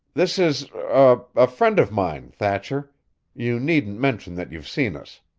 this is er a friend of mine, thatcher you needn't mention that you've seen us.